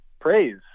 praise